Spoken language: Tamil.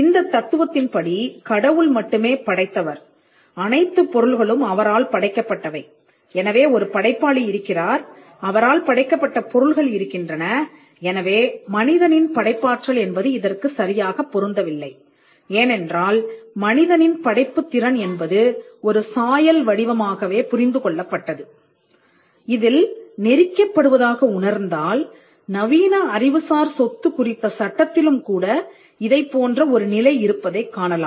இந்த தத்துவத்தின் படி கடவுள் மட்டுமே படைத்தவர் அனைத்துப் பொருள்களும் அவரால் படைக்கப்பட்டவை எனவே ஒரு படைப்பாளி இருக்கிறார் அவரால் படைக்கப்பட்ட பொருள்கள் இருக்கின்றன எனவே மனிதனின் படைப்பாற்றல் என்பது இதற்கு சரியாக பொருந்தவில்லை ஏனென்றால் மனிதனின் படைப்பு திறன் என்பது ஒரு சாயல் வடிவமாகவே புரிந்து கொள்ளப்பட்டது இதில் நெறிக்கப்படுவதாக உணர்ந்தால் நவீன அறிவுசார் சொத்து குறித்த சட்டத்திலும் கூட இதைப்போன்ற ஒரு நிலை இருப்பதைக் காணலாம்